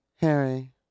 Harry